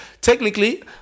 technically